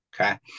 okay